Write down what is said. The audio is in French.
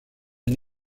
une